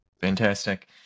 Fantastic